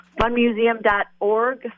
funmuseum.org